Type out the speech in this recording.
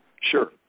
Sure